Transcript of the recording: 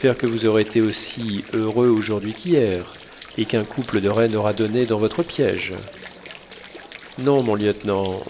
que vous aurez été aussi heureux aujourd'hui qu'hier et qu'un couple de rennes aura donné dans votre piège non mon lieutenant